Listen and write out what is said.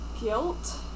guilt